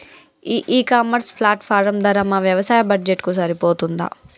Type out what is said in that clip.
ఈ e commerce platform ధర మా వ్యవసాయ బడ్జెట్ కు సరిపోతుందా?